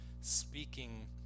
speaking